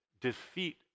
defeat